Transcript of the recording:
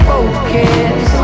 Focus